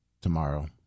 tomorrow